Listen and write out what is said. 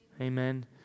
amen